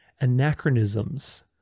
anachronisms